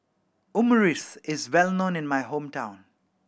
omurice is well known in my hometown